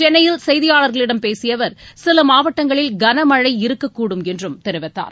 சென்னையில் செய்தியாளர்களிடம் பேசிய அவர் சில மாவட்டங்களில் கனமழை இருக்கக்கூடும் என்றும் தெரிவித்தார்